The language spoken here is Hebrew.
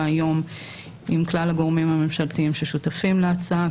היום עם כלל הגורמים הממשלתיים ששותפים להצעה,